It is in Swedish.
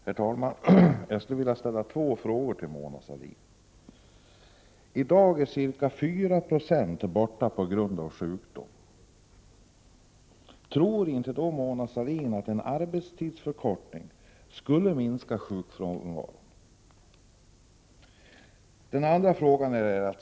Herr talman! Jag skulle vilja ställa några frågor till Mona Sahlin. I dag är ca 4 Jo av arbetarna borta på grund av sjukdom. Tror inte Mona Sahlin att en arbetstidsförkortning skulle minska sjukfrånvaron?